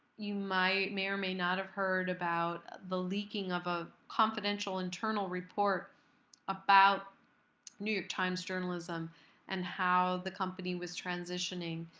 you may or may not have heard about the leaking of a confidential internal report about new york times journalism and how the company was transitioning